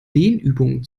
dehnübungen